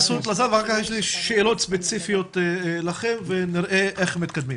התייחסות לשר ויש לי אחר כך שאלות ספציפיות לכם ונראה איך מתקדמים.